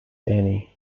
annie